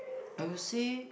I would say